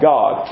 God